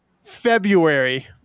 February